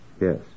Yes